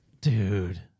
Dude